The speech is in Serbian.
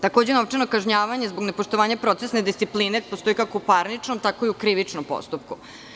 Takođe novčano kažnjavanje zbog nepoštovanja procesne discipline postoji, kako u parničnom tako i u krivičnom postupku.